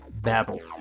babble